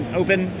open